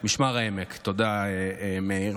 במשמר העמק, תודה, מאיר.